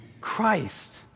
Christ